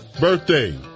Birthday